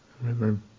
remember